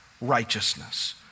righteousness